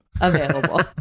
available